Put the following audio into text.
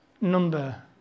number